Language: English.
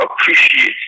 appreciate